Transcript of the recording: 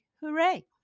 hooray